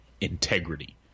integrity